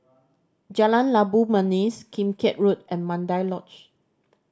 Jalan Labu Manis Kim Keat Road and Mandai Lodge